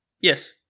Yes